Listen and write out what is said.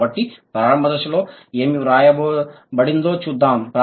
కాబట్టి ప్రారంభ దశలో ఏమి వ్రాయబడిందో చూద్దాం